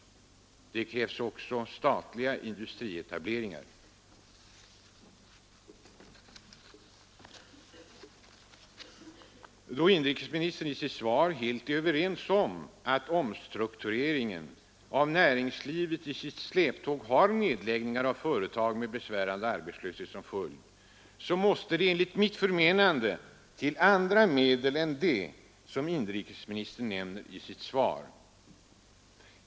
Det krävs också statliga industrietableringar. Inrikesministern instämde i sitt svar helt i att omstruktureringen av näringslivet i sitt släptåg har nedläggningar av företag med besvärande arbetslöshet som d. Enligt mitt förmenande måste det till andra medel än dem som inrikesministern nämnde i sitt svar.